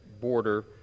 border